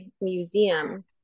museum